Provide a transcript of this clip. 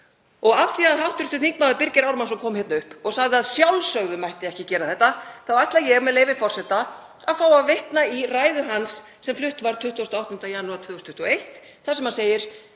Og af því að hv. þm. Birgir Ármannsson kom hingað upp og sagði að að sjálfsögðu mætti ekki gera þetta þá ætla ég, með leyfi forseta, að fá að vitna í ræðu hans sem flutt var 28. janúar 2021 þar sem segir,